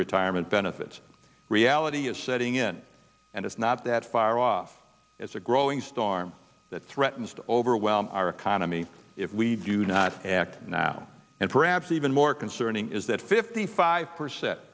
retirement benefits reality is setting in and it's not that far off as a growing storm that threatens to overwhelm our economy if we do not act now and perhaps even more concerning is that fifty five percent